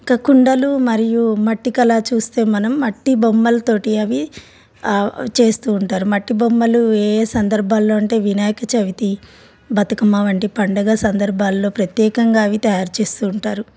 ఇక కుండలు మరియు మట్టి కళ చూస్తే మనం మట్టి బొమ్మలతోటి అవి చేస్తూ ఉంటారు మట్టి బొమ్మలు ఏ సందర్భాల్లో అంటే వినాయక చవితి బతుకమ్మ వంటి పంండగ సందర్భాల్లో ప్రత్యేకంగా అవి తయారు చేస్తూ ఉంటారు